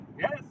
Yes